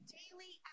daily